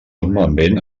normalment